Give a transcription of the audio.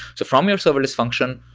so from your serverless function,